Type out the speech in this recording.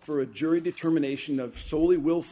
for a jury determination of soli wil